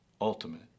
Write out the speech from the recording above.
ultimate